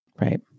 Right